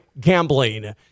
gambling